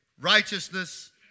righteousness